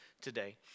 today